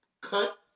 cut